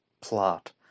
plot